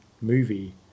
movie